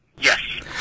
yes